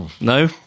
no